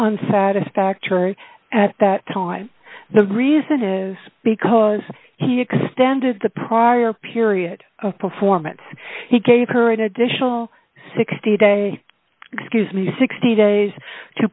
un satisfactory at that time the reason is because he extended the prior period of performance he gave her an additional sixty day excuse me sixty days to